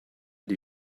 die